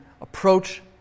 approach